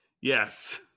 Yes